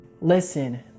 listen